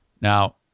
Now